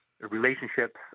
relationships